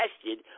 tested